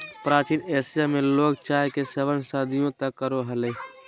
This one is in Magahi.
प्राचीन एशिया में लोग चाय के सेवन सदियों तक करो हलय